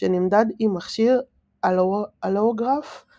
שנמדד עם מכשיר אלוואוגרף ,